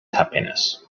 happiness